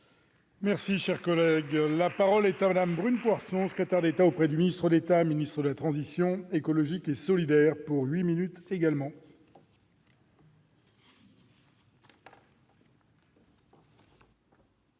Merci, cher collègue, la parole est en dame brune Poirson, secrétaire d'État auprès du ministre d'État, ministre de la transition écologique et solidaire pour 8 minutes également.